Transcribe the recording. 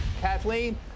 Kathleen